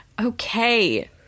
Okay